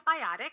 antibiotic